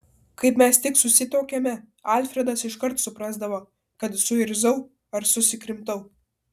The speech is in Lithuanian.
kai mes tik susituokėme alfredas iškart suprasdavo kad suirzau ar susikrimtau